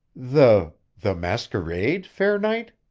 the. the masquerade, fair knight?